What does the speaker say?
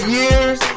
years